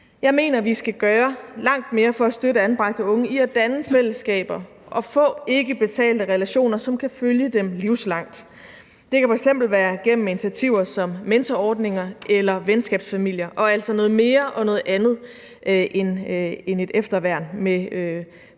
Jeg mener, at vi skal gøre langt mere for at støtte anbragte unge i at danne fællesskaber og få ikkebetalte relationer, som kan følge dem livslangt. Det kan f.eks. være gennem initiativer som mentorordninger eller venskabsfamilier – og altså noget mere og noget andet end et efterværn med